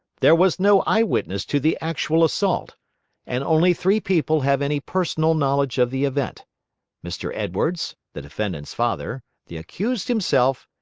there was no eyewitness to the actual assault and only three people have any personal knowledge of the event mr. edwards, the defendant's father, the accused himself,